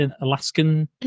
Alaskan